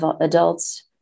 adults